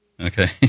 Okay